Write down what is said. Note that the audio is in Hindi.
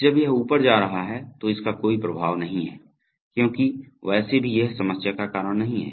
जब यह ऊपर जा रहा है तो इसका कोई प्रभाव नहीं है क्योंकि वैसे भी यह समस्या का कारण नहीं है